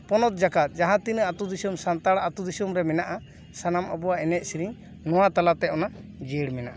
ᱯᱚᱱᱚᱛ ᱡᱟᱠᱟᱛ ᱡᱟᱦᱟᱸ ᱛᱤᱱᱟᱹᱜ ᱟᱹᱛᱩ ᱫᱤᱥᱚᱢ ᱥᱟᱱᱛᱟᱲ ᱟᱹᱛᱩ ᱫᱤᱥᱚᱢ ᱨᱮ ᱢᱮᱱᱟᱜᱼᱟ ᱥᱟᱱᱟᱢ ᱟᱵᱚᱣᱟᱜ ᱮᱱᱮᱡ ᱥᱮᱨᱮᱧ ᱱᱚᱣᱟ ᱛᱟᱞᱟᱛᱮ ᱚᱱᱟ ᱡᱤᱭᱟᱹᱲ ᱢᱮᱱᱟᱜᱼᱟ